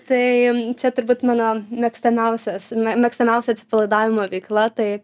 tai čia turbūt mano mėgstamiausias mėgstamiausia atsipalaidavimo veikla tai